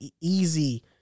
easy